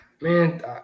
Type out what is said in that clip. man